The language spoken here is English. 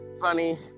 funny